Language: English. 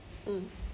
mm